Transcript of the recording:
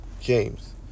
James